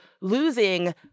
losing